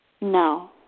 No